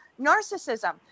narcissism